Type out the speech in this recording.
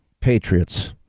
patriots